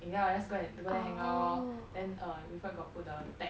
饮料 just go ther~ go and hang out lor then err wilfred got put the tag